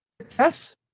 Success